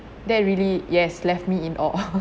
that really yes left me in awe